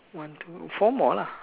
one two four more lah